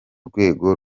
rwego